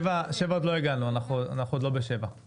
לסעיף 7 עוד לא הגענו, אנחנו עוד לא בסעיף הזה.